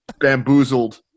bamboozled